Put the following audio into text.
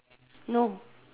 no